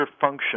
function